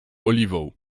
oliwą